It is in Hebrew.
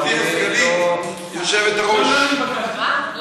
גברתי סגנית יושבת-הראש, לא התבקשתי.